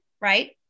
right